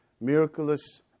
miraculous